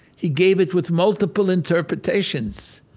he gave it with multiple interpretations.